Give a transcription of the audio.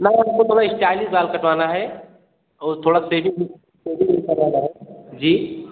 नहीं हमको थोड़ा इस्टाइलिश बाल कटवाना है और थोड़ा शेविंग शेविंग भी करवाना है जी